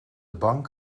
bank